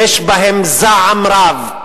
יש בהם זעם רב,